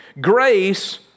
Grace